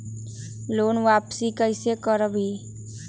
Loan वापसी कैसे करबी?